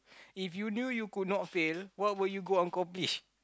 if you knew you could not fail what will you go accomplish